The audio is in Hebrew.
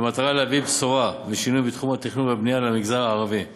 במטרה להביא בשורה ושינוי בתחום התכנון והבנייה למגזר הערבי,